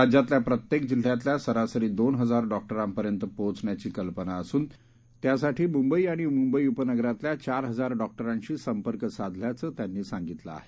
राज्यातल्या प्रत्येक जिल्ह्यातल्या सरासरी दोन हजार डॉक्टरांपर्यंत पोहोचण्याची कल्पना असून त्यासाठी मुंबई आणि मुंबई उपनगरातल्या चार हजार डॉक्टरांशी संपर्क साधल्याचं त्यांनी सांगितलं आहे